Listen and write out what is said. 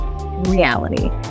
Reality